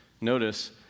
notice